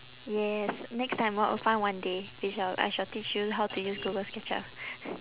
yes next time oh we'll find one day we shall I shall teach you how to use google sketchup